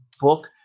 book